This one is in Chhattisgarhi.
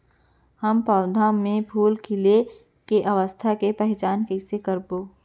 हम पौधा मे फूल खिले के अवस्था के पहिचान कईसे करबो